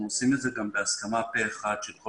אנחנו עושים את זה בהסכמה פה אחד של כל